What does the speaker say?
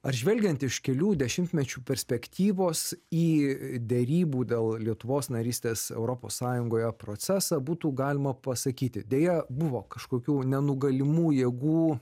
ar žvelgiant iš kelių dešimtmečių perspektyvos į derybų dėl lietuvos narystės europos sąjungoje procesą būtų galima pasakyti deja buvo kažkokių nenugalimų jėgų